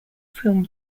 film